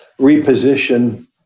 reposition